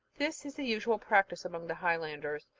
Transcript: this is a usual practice among the highlanders,